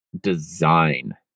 design